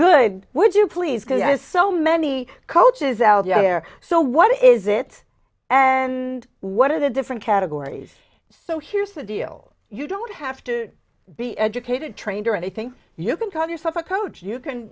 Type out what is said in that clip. good would you please guys so many coaches out there so what is it and what are the different categories so here's the deal you don't have to be educated trained or anything you can call yourself a coach you can